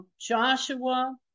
Joshua